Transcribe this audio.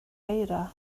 eira